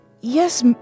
Yes